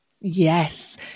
Yes